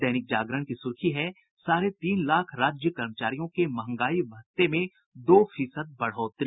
दैनिक जागरण की सुर्खी है साढ़े तीन लाख राज्य कर्मचारियों के महंगाई भत्ते में दो फीसद बढ़ोतरी